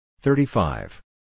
Thirty-five